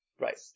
Right